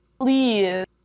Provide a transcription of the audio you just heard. Please